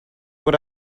what